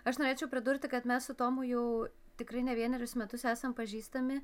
aš norėčiau pridurti kad mes su tomu jau tikrai ne vienerius metus esam pažįstami